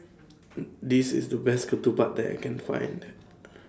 This IS The Best Ketupat that I Can Find